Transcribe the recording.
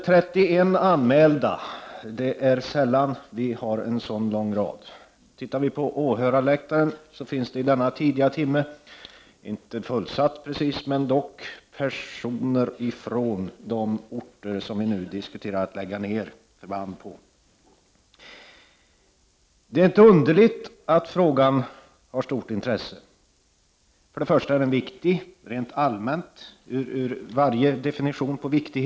På åhörarläktaren — som visserligen inte är fullsatt — finns Prot. 1989/90:46 det redan denna tidiga timme personer som kommer från orter där de för — 14 december 1989 band finns som berörs av denna diskussion om huruvida förbanden skall läg gas ned eller inte. Det är inte underligt att frågan röner ett stort intresse. För det första är den rent allmänt en viktig fråga.